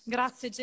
Grazie